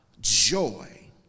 joy